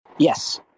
yes